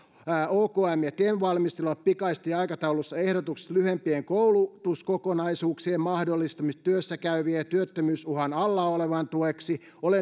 okm ja tem valmistelevat pikaisessa aikataulussa ehdotukset lyhyempien koulutuskokonaisuuksien mahdollistamisesta työssäkäyvien ja työttömyysuhan alla olevien tueksi olen